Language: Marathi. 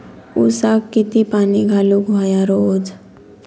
ऊसाक किती पाणी घालूक व्हया रोज?